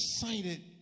excited